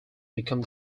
become